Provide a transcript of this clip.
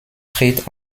tritt